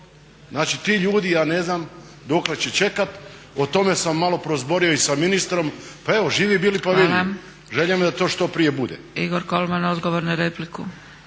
Znači ti ljudi ja ne znam dokle će čekat, o tome sam malo prozborio i sa ministrom, pa evo živi bili pa vidli. Želja mi je da to što prije bude.